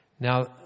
Now